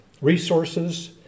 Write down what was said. resources